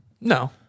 No